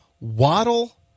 Waddle